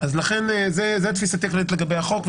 לכן זאת תפיסתי הכללית לגבי החוק.